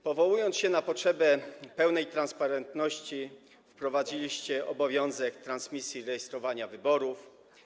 Powołując się na potrzebę pełnej transparentności, wprowadziliście obowiązek transmisji rejestrowania wyborów.